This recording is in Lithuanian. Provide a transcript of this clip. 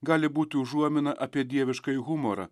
gali būti užuomina apie dieviškąjį humorą